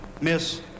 Miss